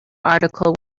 article